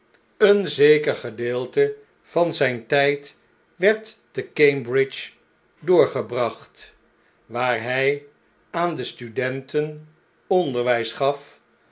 een zeker gedeelte van zjjn tjjd werd te c a mbridge doorgebracht waar hjj aan de studenten onderwijs gaf